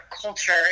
culture